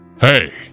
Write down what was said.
Hey